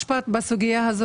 אפשר להגיד משפט בסוגיה הזאת?